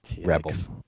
Rebels